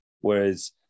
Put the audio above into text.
Whereas